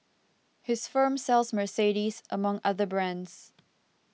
his firm sells Mercedes among other brands